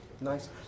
Nice